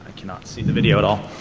cannot see and video. but